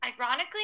ironically